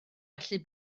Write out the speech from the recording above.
allu